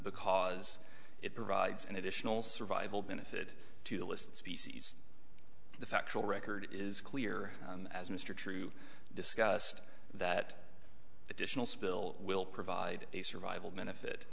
because it provides an additional survival benefit to the list species the factual record is clear as mr trew discussed that additional spill will provide a survival benefit